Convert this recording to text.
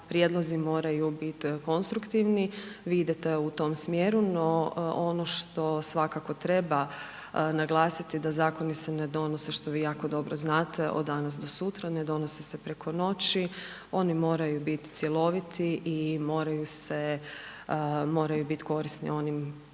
prijedlozi moraju bit konstruktivni, vi idete u tom smjeru, no ono što svakako treba naglasiti, da zakoni se ne donose što vi jako dobro znate, do danas do sutra, ne donose se preko noći, oni moraju biti cjeloviti i moraju biti korisni onim